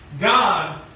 God